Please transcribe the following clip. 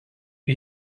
wir